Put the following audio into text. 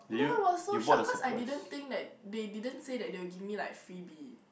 then I was so shock cause I didn't think that they didn't say that they will give me like freebie